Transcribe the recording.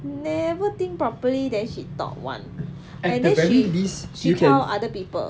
never think properly then she talk [one] and then she she tell other people